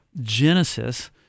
genesis